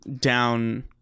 down